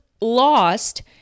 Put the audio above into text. lost